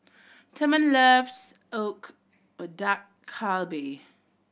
Therman loves Dak Galbi